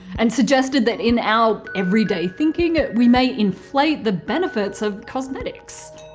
and suggested that in our everyday thinking, we may inflate the benefits of cosmetics.